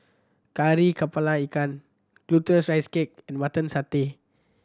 Kari Kepala Ikan Glutinous Rice Cake and Mutton Satay